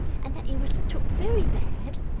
and that you was took very bad,